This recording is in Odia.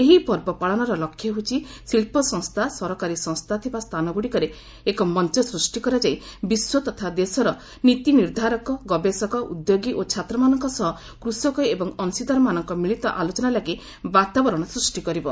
ଏହି ପର୍ବ ପାଳନର ଲକ୍ଷ୍ୟ ହେଉଛି ଶିଳ୍ପ ସଂସ୍ଥା ସରକାରୀ ସଂସ୍ଥା ଥିବା ସ୍ଥାନଗୁଡ଼ିକରେ ଏକ ମଞ୍ଚ ସୃଷ୍ଟି କରାଯାଇ ବିଶ୍ୱ ତଥା ଦେଶର ନୀତି ନିର୍ଦ୍ଦେଶକ ଗବେଷକ ଉଦ୍ୟୋଗୀ ଓ ଛାତ୍ରମାନଙ୍କ ସହ କୃଷକ ଏବଂ ଅଂଶୀଦାରମାନଙ୍କ ମିଳିତ ଆଲୋଚନା ଲାଗି ବାତାବରଣ ସୃଷ୍ଟି କରିବ